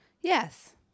Yes